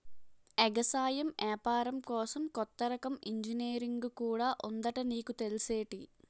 ఎగసాయం ఏపారం కోసం కొత్త రకం ఇంజనీరుంగు కూడా ఉందట నీకు తెల్సేటి?